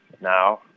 now